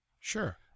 Sure